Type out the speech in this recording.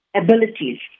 abilities